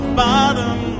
bottom